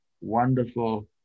wonderful